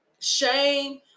Shame